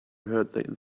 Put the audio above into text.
heard